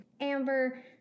Amber